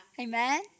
Amen